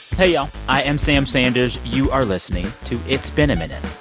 hey, y'all. i am sam sanders. you are listening to it's been a minute.